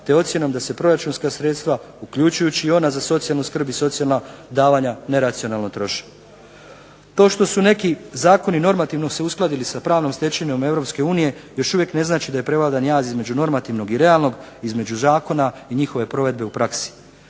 te ocjenom da se proračunska sredstva, uključujući i ona za socijalnu skrb i socijalna davanja neracionalno troše. To što su neki zakoni normativno se uskladili sa pravnom stečevinom Europske unije još uvijek ne znači da je prevladan jaz između normativnog i realnog, između zakona i njihove provedbe u praksi.